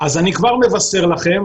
אז אני כבר מבשר לכם,